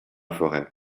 forêt